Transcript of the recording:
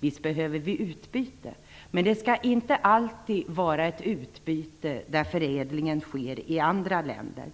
Visst behöver vi utbyte, men det skall inte alltid vara ett utbyte som innebär att förädlingen sker i andra länder.